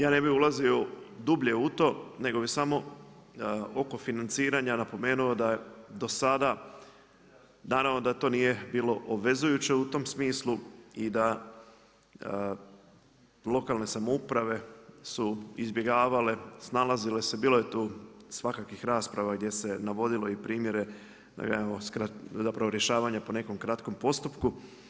Ja ne bi ulazio dublje u to nego bi samo oko financiranja napomenuo da je do sada, naravno da to nije bilo obvezujuće u tom smislu i da lokalne samouprave su izbjegavale, snalazile se, bilo je tu svakakvih rasprava gdje se navodilo i primjere rješavanja po nekom kratkom postupku.